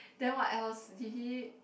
then what else did he